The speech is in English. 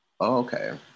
okay